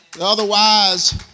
otherwise